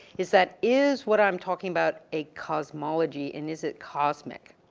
is that, is what i'm talking about a cosmology and is it cosmic?